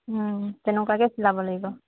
তেনেকুৱাকৈ চিলাব লাগিব